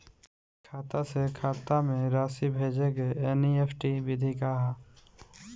खाता से खाता में राशि भेजे के एन.ई.एफ.टी विधि का ह?